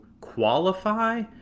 qualify